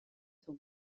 sont